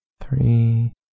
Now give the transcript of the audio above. three